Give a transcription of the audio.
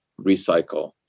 recycle